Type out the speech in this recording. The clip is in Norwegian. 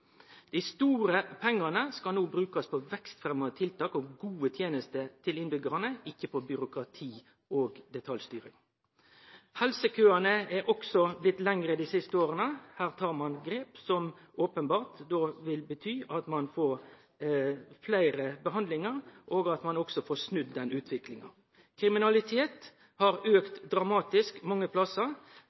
Dei store pengane skal no brukast på vekstfremjande tiltak og gode tenester til innbyggjarane, ikkje på byråkrati og detaljstyring. Helsekøane har også blitt lengre dei siste åra. Her tar ein grep som openbert vil bety at ein får fleire behandlingar, og at ein også får snudd den utviklinga. Kriminalitet har auka dramatisk mange plassar,